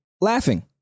laughing